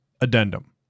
Addendum